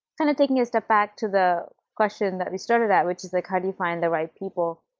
kind of taking a step back to the question that we started at, which is, like how do you find the right people,